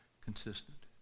Consistent